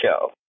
show